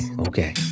okay